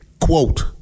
quote